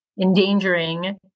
endangering